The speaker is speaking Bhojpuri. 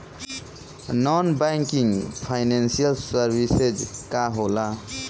नॉन बैंकिंग फाइनेंशियल सर्विसेज का होला?